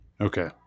okay